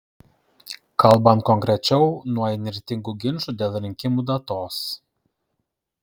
kalbant konkrečiau nuo įnirtingų ginčų dėl rinkimų datos